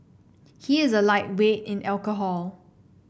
he is a lightweight in alcohol